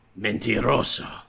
Mentiroso